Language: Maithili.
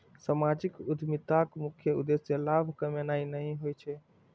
सामाजिक उद्यमिताक मुख्य उद्देश्य लाभ कमेनाय नहि होइ छै